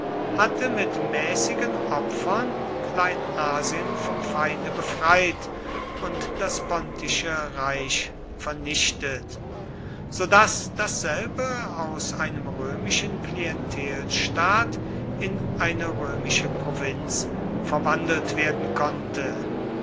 hatte mit mäßigen opfern kleinasien vom feinde befreit und das pontische reich vernichtet so daß dasselbe aus einem römischen klientelstaat in eine römische provinz verwandelt werden konnte